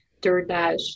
DoorDash